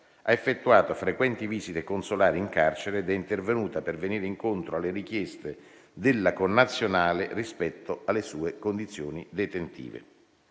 Ha effettuato frequenti visite consolari in carcere ed è intervenuta per venire incontro alle richieste della connazionale rispetto alle sue condizioni detentive.